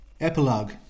Epilogue